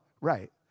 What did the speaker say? Right